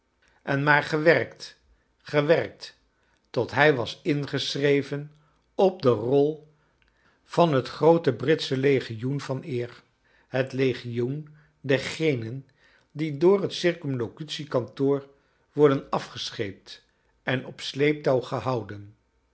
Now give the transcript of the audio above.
en maar gewerkt gewerkt tot hij was ingeschreven op de rol van het croote britsche legioen van eer het legioen dergenen die door het circumlocutie kantoor worden afgescheept en op sleeptouw gehouden